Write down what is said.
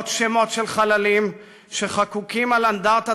מאות שמות של חללים שחקוקים על אנדרטת